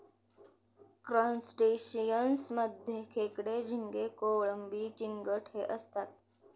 crustaceans मध्ये खेकडे, झिंगे, कोळंबी, चिंगट हे असतात